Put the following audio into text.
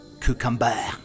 cucumber